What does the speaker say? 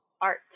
art